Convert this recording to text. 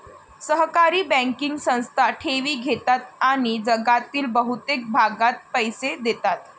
सहकारी बँकिंग संस्था ठेवी घेतात आणि जगातील बहुतेक भागात पैसे देतात